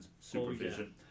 supervision